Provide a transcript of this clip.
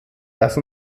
dass